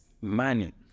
money